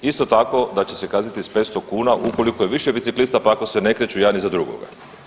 Isto tako da će se kazniti sa 500 kuna ukoliko je više biciklista, pa ako se ne kreću jedan iza drugoga.